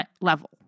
level